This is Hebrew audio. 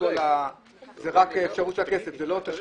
זה לא תשלום.